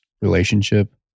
relationship